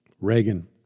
Reagan